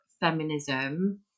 feminism